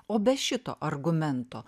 o be šito argumento